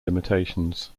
limitations